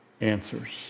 answers